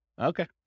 Okay